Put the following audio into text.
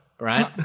right